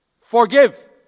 Forgive